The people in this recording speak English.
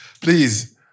Please